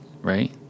right